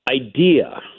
idea